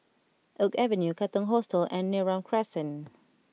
Oak Avenue Katong Hostel and Neram Crescent